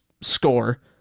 score